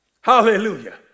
Hallelujah